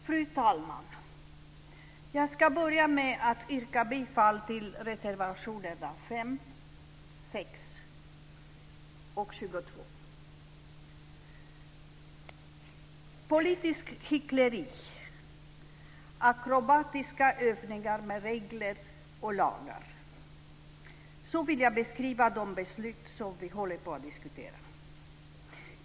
Fru talman! Jag ska börja med att yrka bifall till reservationerna 5, 6 och 22. Politiskt hyckleri, akrobatiska övningar med regler och lagar - så vill jag beskriva de beslut vi håller på att diskutera.